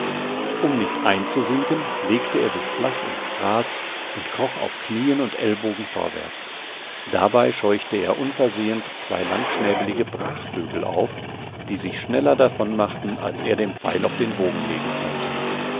um nicht einzusinken legte er sich flach ins gras und kroch auf knien und ellbogen vorwärts dabei scheuchte er unversehens zwei langschnäbelige brachvögel auf die sich schneller davonmachten als er den pfeil auf den bogen legen konnte